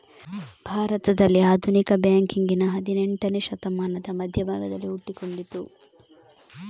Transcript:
ಭಾರತದಲ್ಲಿ ಆಧುನಿಕ ಬ್ಯಾಂಕಿಂಗಿನ ಹದಿನೇಂಟನೇ ಶತಮಾನದ ಮಧ್ಯ ಭಾಗದಲ್ಲಿ ಹುಟ್ಟಿಕೊಂಡಿತು